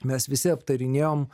mes visi aptarinėjom